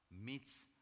meets